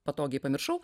patogiai pamiršau